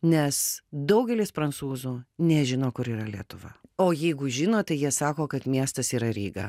nes daugelis prancūzų nežino kur yra lietuva o jeigu žino tai jie sako kad miestas yra ryga